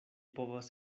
povas